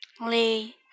Lee